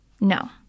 No